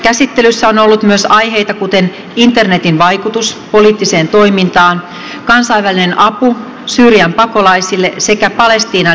käsittelyssä on ollut myös aiheita kuten internetin vaikutus poliittiseen toimintaan kansainvälinen apu syyrian pakolaisille sekä palestiinan demokratiakehitys